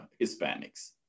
Hispanics